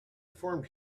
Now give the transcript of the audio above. formed